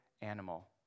animal